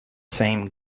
same